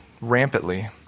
rampantly